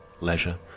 leisure